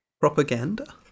Propaganda